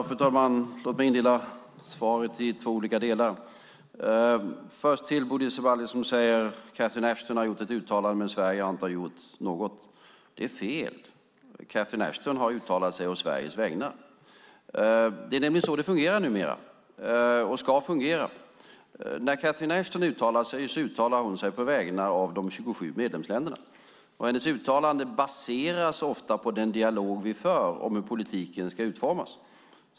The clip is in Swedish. Fru talman! Låt mig indela svaret i två olika delar. Först vill jag vända mig till Bodil Ceballos som säger att Catherine Ashton har gjort ett uttalande men att Sverige inte har gjort något. Det är fel. Catherine Ashton har uttalat sig å Sveriges vägnar. Det är nämligen så det fungerar numera och ska fungera. När Catherine Ashton uttalar sig så uttalar hon sig å de 27 medlemsländernas vägnar. Hennes uttalande baseras ofta på den dialog vi för om hur politiken ska utformas.